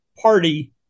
Party